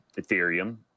Ethereum